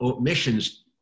missions